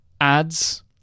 ads